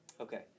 Okay